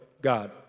God